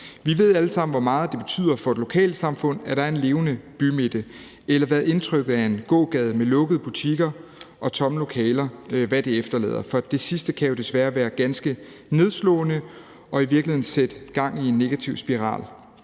Vi ved alle sammen, hvor meget det betyder for et lokalsamfund, at der er en levende bymidte, eller hvad indtrykket af en gågade med lukkede butikker og tomme lokaler efterlader. Det sidste kan jo desværre være ganske nedslående og i virkeligheden sætte gang i en negativ spiral.